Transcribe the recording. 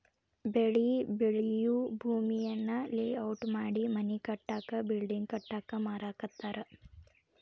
ಬೆಳಿ ಬೆಳಿಯೂ ಭೂಮಿಯನ್ನ ಲೇಔಟ್ ಮಾಡಿ ಮನಿ ಕಟ್ಟಾಕ ಬಿಲ್ಡಿಂಗ್ ಕಟ್ಟಾಕ ಮಾರಾಕತ್ತಾರ